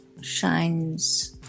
shines